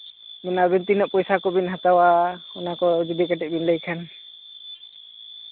ᱟᱹᱵᱤᱱ ᱛᱤᱱᱟᱹᱜ ᱯᱚᱭᱥᱟ ᱵᱤᱱ ᱦᱟᱛᱟᱣᱟ ᱚᱱᱟ ᱠᱚᱵᱤᱱ ᱞᱟᱹᱭ ᱞᱮᱠᱷᱟᱱ